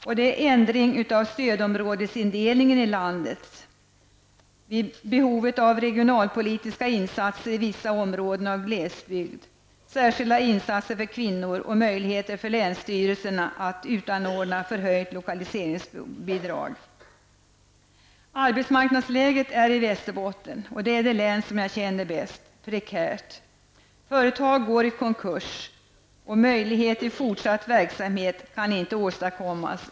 Det gäller ändring av stödområdesindelningen i landet, behovet av regionalpolitiska insatser i vissa områden av glesbygd, särskilda insatser för kvinnor och möjligheter för länsstyrelserna att utanordna förhöjt lokaliseringsbidrag. Arbetsmarknadsläget i Västerbotten -- det län som jag känner bäst -- är prekärt. Företag går i konkurs, och möjlighet till fortsatt verksamhet kan inte åstadkommas.